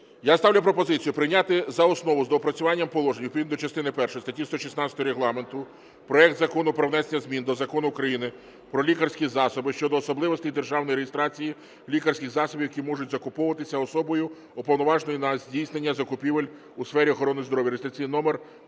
Я ставлю пропозицію прийняти за основу з доопрацюванням положень відповідно до частини першої статті 116 Регламенту проект Закону про внесення змін до Закону України "Про лікарські засоби" щодо особливостей державної реєстрації лікарських засобів, які можуть закуповуватися особою, уповноваженою на здійснення закупівель у сфері охорони здоров'я (реєстраційний номер